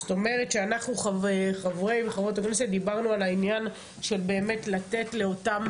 זאת אומרת שאנחנו חברי וחברות הכנסת דיברנו על העניין של באמת לתת לאותם